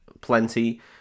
plenty